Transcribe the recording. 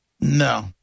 No